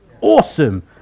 Awesome